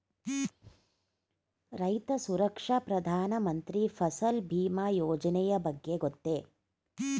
ರೈತ ಸುರಕ್ಷಾ ಪ್ರಧಾನ ಮಂತ್ರಿ ಫಸಲ್ ಭೀಮ ಯೋಜನೆಯ ಬಗ್ಗೆ ಗೊತ್ತೇ?